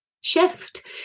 shift